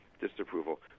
disapproval